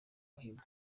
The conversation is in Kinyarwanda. muhima